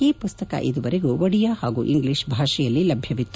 ಈ ಪುಸ್ತಕ ಇದುವರೆಗೂ ಒಡಿಯಾ ಪಾಗೂ ಇಂಗ್ಲೀಷ್ ಭಾಷೆಯಲ್ಲಿ ಲಭ್ಯವಿತ್ತು